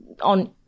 on